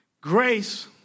Grace